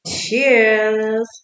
Cheers